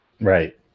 Right